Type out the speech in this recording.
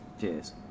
Cheers